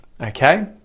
okay